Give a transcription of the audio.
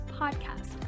Podcast